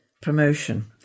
promotion